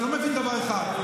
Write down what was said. אתה לא מבין דבר אחד,